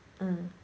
mm